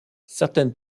certaines